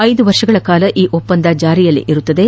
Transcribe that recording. ಐದು ವರ್ಷಗಳ ಕಾಲ ಈ ಒಪ್ಪಂದ ಜಾರಿಯಲ್ಲಿರುತ್ತದೆ